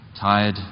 Tired